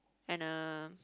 and a